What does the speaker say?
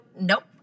nope